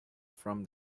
from